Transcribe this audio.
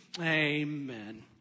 amen